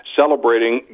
celebrating